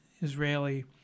Israeli